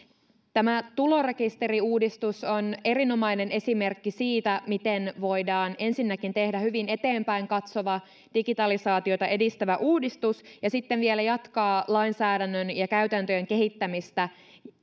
tämä tulorekisteriuudistus on erinomainen esimerkki siitä miten voidaan ensinnäkin tehdä hyvin eteenpäin katsova digitalisaatiota edistävä uudistus ja sitten vielä jatkaa lainsäädännön ja käytäntöjen kehittämistä